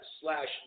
slash